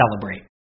celebrate